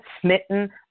smitten